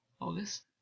August